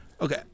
Okay